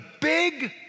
big